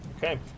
Okay